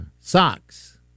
socks